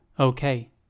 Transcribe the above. Okay